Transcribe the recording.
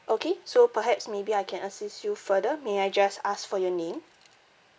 okay so perhaps maybe I can assist you further may I just ask for your name